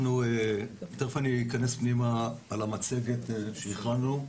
תכף אני אכנס פנימה על המצגת שהכנו,